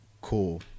Cool